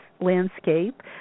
landscape